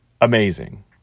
amazing